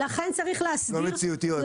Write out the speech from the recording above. לא מציאותיות.